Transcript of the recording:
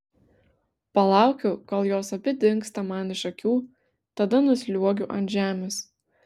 palaukiu kol jos abi dingsta man iš akių tada nusliuogiu ant žemės